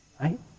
Right